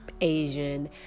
Asian